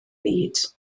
byd